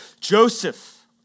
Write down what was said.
Joseph